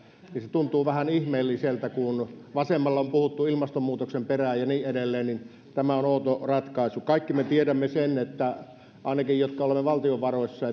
tuntuu vähän ihmeelliseltä kun vasemmalla on puhuttu ilmastonmuutoksen perään ja niin edelleen niin tämä on outo ratkaisu kaikki me tiedämme ainakin me jotka olemme valtiovaroissa